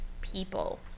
people